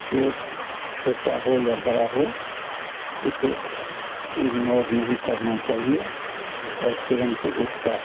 चोंट छोटी हो या बड़ी हो उसे इग्नोर नहीं करना चाहिए और तुरंत उसका